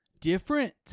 different